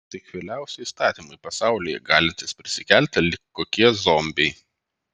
tai kvailiausi įstatymai pasaulyje galintys prisikelti lyg kokie zombiai